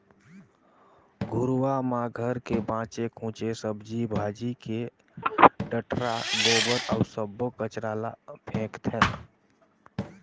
घुरूवा म घर के बाचे खुचे सब्जी भाजी के डठरा, गोबर अउ सब्बो कचरा ल फेकथें